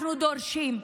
אנחנו דורשים,